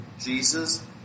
Jesus